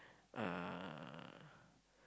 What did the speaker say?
uh